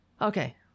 Okay